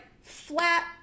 flat